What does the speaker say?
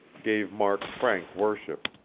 gave mark frank worship.